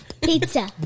Pizza